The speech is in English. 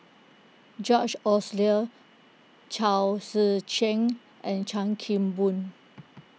George Chao Tzee Cheng and Chan Kim Boon